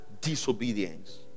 disobedience